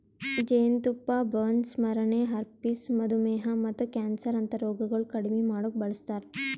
ಜೇನತುಪ್ಪ ಬರ್ನ್ಸ್, ಸ್ಮರಣೆ, ಹರ್ಪಿಸ್, ಮಧುಮೇಹ ಮತ್ತ ಕ್ಯಾನ್ಸರ್ ಅಂತಾ ರೋಗಗೊಳ್ ಕಡಿಮಿ ಮಾಡುಕ್ ಬಳಸ್ತಾರ್